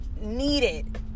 needed